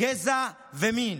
גזע ומין,